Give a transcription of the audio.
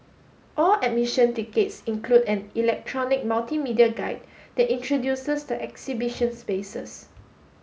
all admission tickets include an electronic multimedia guide that introduces the exhibition spaces